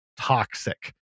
toxic